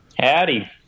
Howdy